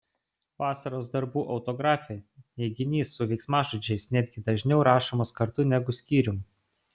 vasaros darbų autografe neiginys su veiksmažodžiais netgi dažniau rašomas kartu negu skyrium